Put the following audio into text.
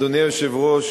אדוני היושב-ראש,